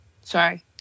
sorry